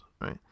right